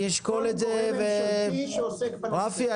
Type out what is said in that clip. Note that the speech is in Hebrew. אני אשקול את זה --- כל גורם ממשלתי שעוסק בנושא --- רפי,